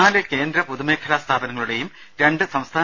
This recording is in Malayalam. നാല് കേന്ദ്ര പൊതുമേഖലാ സ്ഥാപനങ്ങളുടെയും രണ്ട് സംസ്ഥാന